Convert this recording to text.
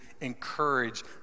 encourage